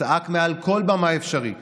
צעק מעל כל במה אפשרית